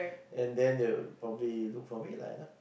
and then they would probably look for me lah you know